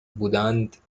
بودند